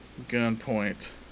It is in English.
Gunpoint